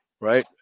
right